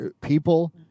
people